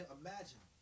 imagine